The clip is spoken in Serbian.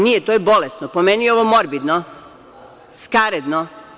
Nije, to je bolesno, po meni je ovo morbidno, skaradno.